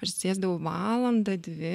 prisėsdavau valandą dvi